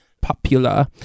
popular